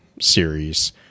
series